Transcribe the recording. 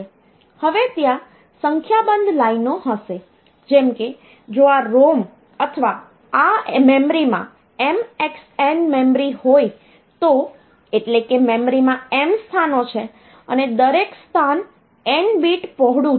હવે ત્યાં સંખ્યાબંધ લાઈનો હશે જેમ કે જો આ ROM અથવા આ મેમરીમાં mxn મેમરી હોય તો એટલે કે મેમરીમાં m સ્થાનો છે અને દરેક સ્થાન n બીટ પહોળું છે